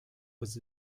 was